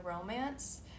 romance